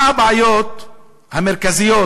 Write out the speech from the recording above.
מה הבעיות המרכזיות